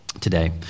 today